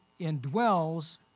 indwells